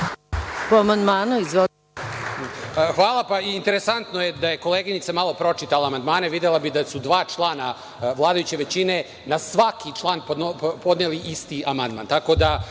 Po amandmanu, izvolite. **Saša Radulović** Interesantno je da je koleginica malo pročitala amandmane i videla bi da su dva člana vladajuće većine, na svaki član podneli isti amandman, tako da